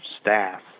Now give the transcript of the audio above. staff